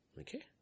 Okay